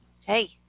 Hey